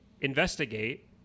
investigate